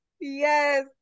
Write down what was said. yes